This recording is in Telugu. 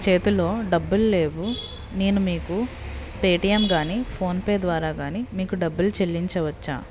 చేతిలో డబ్బులు లేవు నేను మీకు పేటియం కానీ ఫోన్పే ద్వారా కానీ మీకు డబ్బులు చెల్లించవచ్చా